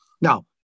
Now